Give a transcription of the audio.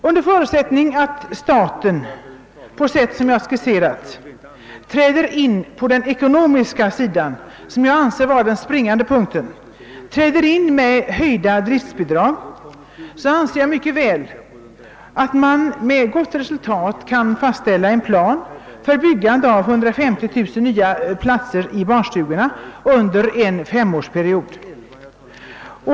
Under förutsättning att staten på sätt som jag skisserat träder in på den ekonomiska sidan med höjda driftbidrag — vilket är den springande punkten — anser jag att man mycket väl och med gott resultat kan fastställa en plan för byggande av 150 000 nya platser i barnstugorna under en femårsperiod.